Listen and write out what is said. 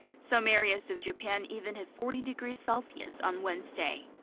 some areas of japan even hit forty degrees celsius on wednesday.